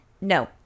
No